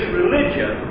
religion